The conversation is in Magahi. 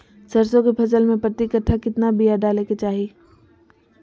सरसों के फसल में प्रति कट्ठा कितना बिया डाले के चाही?